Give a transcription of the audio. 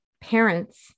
parents